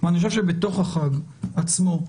אני חושב שבתוך החג עצמו,